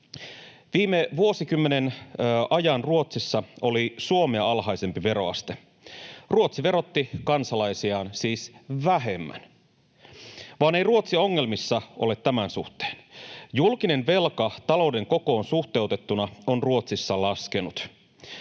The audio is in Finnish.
Viime vuosikymmenen ajan Ruotsissa oli Suomea alhaisempi veroaste, Ruotsi verotti kansalaisiaan siis vähemmän, mutta ei Ruotsi ongelmissa ole tämän suhteen. Julkinen velka talouden kokoon suhteutettuna on Ruotsissa laskenut,